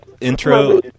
intro